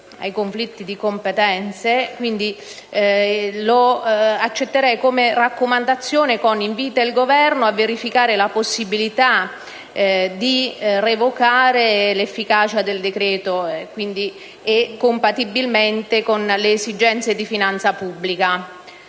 lo accetterei come raccomandazione se riformulato come invito al Governo a verificare la possibilità di revocare l'efficacia del decreto citato, e compatibilmente con le esigenze di finanza pubblica.